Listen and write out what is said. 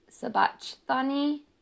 sabachthani